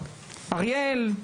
אריאל,